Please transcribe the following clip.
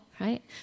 right